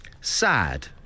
Sad